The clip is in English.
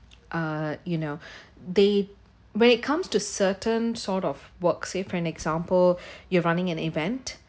uh you know they when it comes to certain sort of work say for an example you're running an event